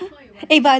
so what you want sia